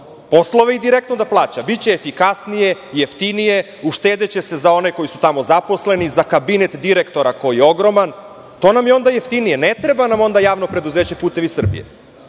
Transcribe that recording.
poslove i direktno da plaća. Biće i kasnije, jeftinije, uštedeće se za one koji su tamo zaposleni, za kabinet direktora koji je ogroman. To nam je onda jeftinije. Ne treba nam onda JP "Putevi Srbije"